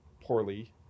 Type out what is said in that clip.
poorly